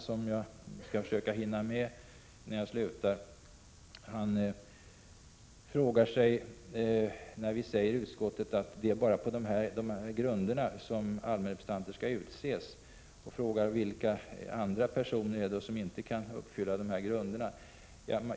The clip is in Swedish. Med anledning av att vi i betänkandet skriver att allmänrepresentanterna skall utses bara på vissa angivna grunder frågar Larz Johansson vilka de personer som inte uppfyller dessa krav är.